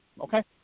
okay